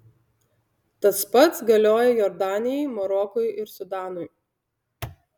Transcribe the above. tas pats galioja jordanijai marokui ir sudanui